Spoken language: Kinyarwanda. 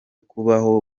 kubaho